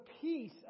peace